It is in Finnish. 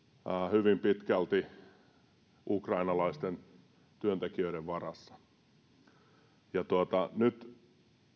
hyvin pitkälti ukrainalaisten työntekijöiden varassa ja nyt